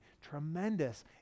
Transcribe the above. tremendous